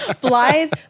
Blythe